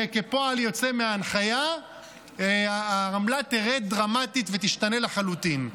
וכפועל יוצא מההנחיה העמלה תרד דרמטית ותשתנה לחלוטין.